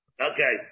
Okay